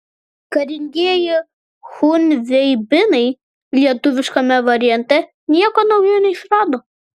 karingieji chunveibinai lietuviškame variante nieko naujo neišrado